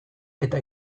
eta